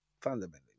Fundamentally